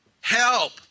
help